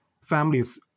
families